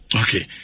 Okay